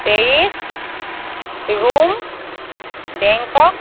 Paris Rome Bangkok